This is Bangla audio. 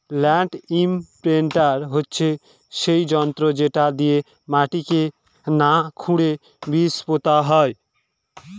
ল্যান্ড ইমপ্রিন্টার হচ্ছে সেই যন্ত্র যেটা দিয়ে মাটিকে না খুরেই বীজ পোতা হয়